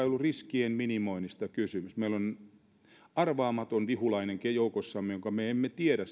ollut riskien minimoinnista kysymys meillä on arvaamaton vihulainen joukossamme jonka vaikutusta me emme tiedä